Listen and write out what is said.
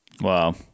Wow